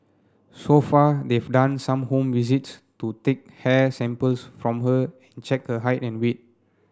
so far they've done some home visits to take hair samples from her and check her height and weight